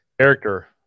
Character